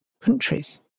countries